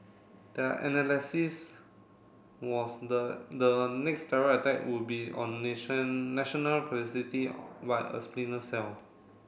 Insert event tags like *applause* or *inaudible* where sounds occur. their analysis was the the next terror attack would be on *unintelligible* national facility by a splinter cell